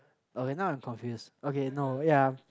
okay now I'm confuse okay no ya